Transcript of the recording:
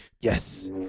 yes